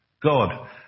God